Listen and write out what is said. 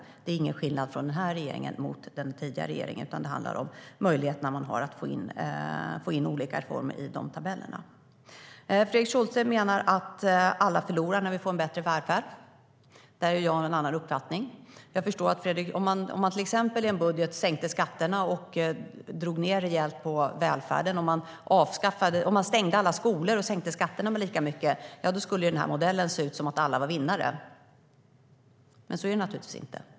Där är det ingen skillnad mellan denna regering och den tidigare regeringen, utan det handlar om de möjligheter som man har att få in olika reformer i dessa tabeller. Fredrik Schulte menar att alla förlorar när vi får en bättre välfärd. Där har jag en annan uppfattning. Om man till exempel i en budget sänkte skatterna och drog ned rejält på välfärden - om man stängde alla skolor och sänkte skatterna lika mycket - skulle denna modell se ut som om alla var vinnare. Men så är det naturligtvis inte.